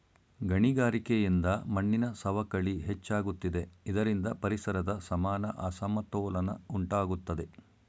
ಗಣಿಗಾರಿಕೆಯಿಂದ ಮಣ್ಣಿನ ಸವಕಳಿ ಹೆಚ್ಚಾಗುತ್ತಿದೆ ಇದರಿಂದ ಪರಿಸರದ ಸಮಾನ ಅಸಮತೋಲನ ಉಂಟಾಗುತ್ತದೆ